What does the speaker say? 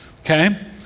okay